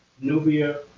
nubia,